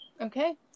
Okay